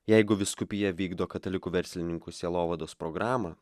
jeigu vyskupija vykdo katalikų verslininkų sielovados programą